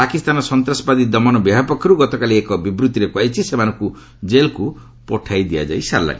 ପାକିସ୍ତାନର ସନ୍ତାସବାଦୀ ଦମନ ବିଭାଗ ପକ୍ଷର୍ତ ଗତକାଲି ଏକ ବିବୃତ୍ତିରେ କୃହାଯାଇଛି ସେମାନଙ୍କୁ ଜେଲ୍କୁ ପଠାଇ ଦିଆଯାଇଛି